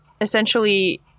Essentially